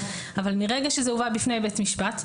אבל מרגע שזה הובא בפני בית משפט,